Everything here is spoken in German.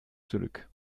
zurück